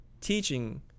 Teaching